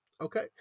Okay